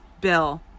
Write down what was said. Bill